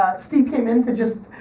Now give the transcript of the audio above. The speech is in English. steve came in to just,